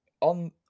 on